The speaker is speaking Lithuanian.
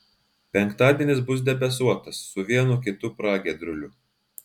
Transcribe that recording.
penktadienis bus debesuotas su vienu kitu pragiedruliu